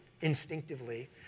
instinctively